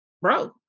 bro